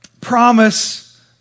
promise